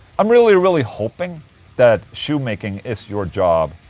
i'm really really hoping that shoe-making is your job